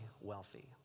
wealthy